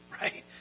right